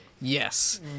yes